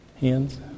Hands